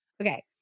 Okay